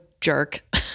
jerk